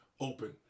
open